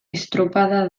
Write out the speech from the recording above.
estropada